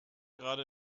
gerade